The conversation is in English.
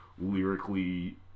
lyrically